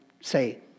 say